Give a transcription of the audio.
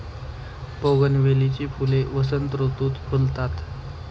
बोगनवेलीची फुले वसंत ऋतुत फुलतात